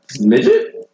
Midget